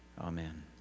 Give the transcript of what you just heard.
Amen